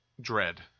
Dread